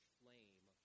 flame